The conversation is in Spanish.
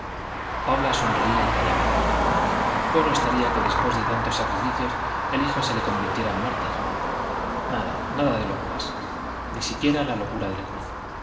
paula sonreía y callaba bueno estaría que después de tantos sacrificios el hijo se le convirtiera en mártir nada nada de locuras ni siquiera la locura de la cruz